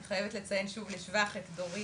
אני חייבת לציין שוב לשבח את דורית,